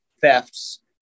thefts